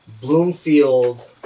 Bloomfield